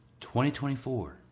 2024